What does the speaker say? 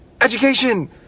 education